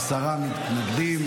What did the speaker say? עשרה מתנגדים,